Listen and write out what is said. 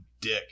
Dick